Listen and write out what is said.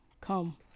Come